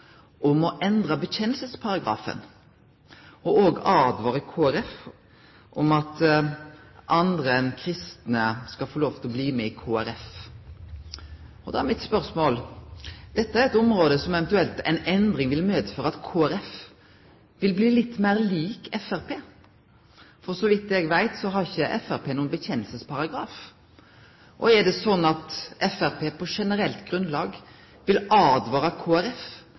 mot å endre vedkjenningsparagrafen og mot at andre enn kristne skal få lov til å bli med i Kristeleg Folkeparti. Da er mitt spørsmål: Dette er eit område der ei eventuell endring vil medføre at Kristeleg Folkeparti vil bli litt meir lik Framstegspartiet, for så vidt eg veit, har ikkje Framstegspartiet nokon vedkjenningsparagraf. Er det slik at Framstegspartiet på generelt grunnlag vil